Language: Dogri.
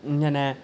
इ'यां नेह्